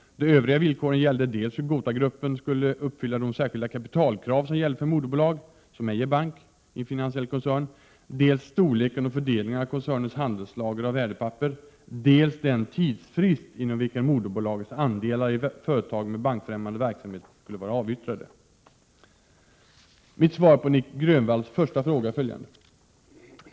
De övriga villkoren gällde dels hur GotaGruppen AB skulle uppfylla det särskilda kapitalkrav som gäller för moderbolag, som ej är bank, i en finansiell koncern, dels storleken och fördelningen av koncernens handelslager av värdepapper, dels den tidsfrist inom vilken moderbolagets andelar i företag med bankfrämmande verksamhet skulle vara avyttrade. Mitt svar på Nic Grönvalls första fråga är följande.